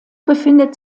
befindet